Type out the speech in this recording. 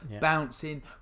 Bouncing